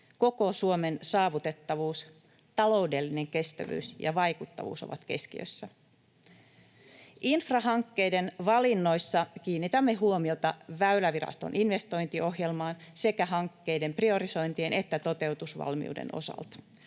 Koko Suomen saavutettavuus, taloudellinen kestävyys ja vaikuttavuus ovat keskiössä. Infrahankkeiden valinnoissa kiinnitämme huomiota Väyläviraston investointiohjelmaan sekä hankkeiden priorisointien että toteutusvalmiuden osalta.